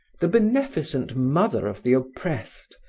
the beneficent mother of the oppressed,